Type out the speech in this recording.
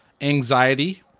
Anxiety